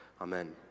amen